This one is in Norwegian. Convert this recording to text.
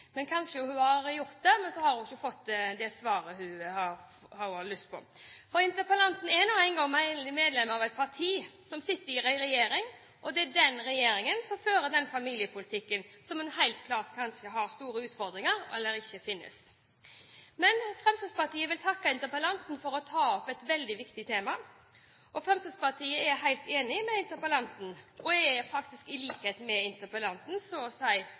Hun har kanskje gjort det, men ikke fått det svaret hun har lyst på. Interpellanten er nå en gang medlem av et parti som sitter i regjeringen, og det er den regjeringen som fører den familiepolitikken som helt klart har store utfordringer, eller som ikke finnes. Men Fremskrittspartiet vil takke interpellanten for å ta opp et veldig viktig tema. Fremskrittspartiet er helt enig med interpellanten, og er faktisk i likhet med interpellanten så